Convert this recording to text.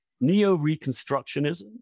neo-reconstructionism